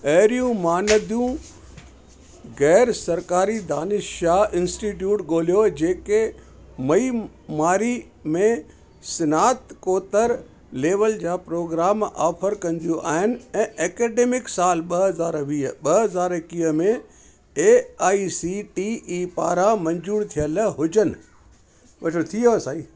पहिरियूं महानदियूं ग़ैर सरकारी दानिशाह इंस्टीट्यूट ॻोल्हियो जेके मईमारी में स्नातकोत्तर लेवल जा प्रोग्राम ऑफर कंदियूं आहिनि ऐं ऐकेडमिक सालु ॿ हज़ार वीह ॿ हज़ार एकवीह में A I C T E पारां मंज़ूरु थियलु हुजनि थियो साईं